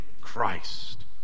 Christ